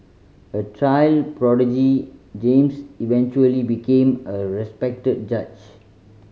a child prodigy James eventually became a respected judge